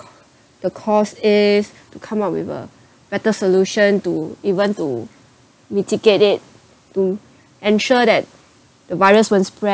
cause the cause is to come up with a better solution to even to mitigate it to ensure that the virus won't spread